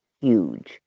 huge